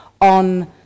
on